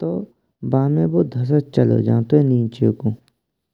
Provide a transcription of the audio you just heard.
तो बु बामे फंसात चळी जान्तुये नीचे कू।